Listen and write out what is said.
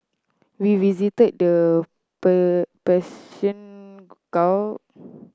we visited the Persian Gulf